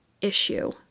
issue